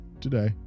today